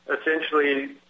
essentially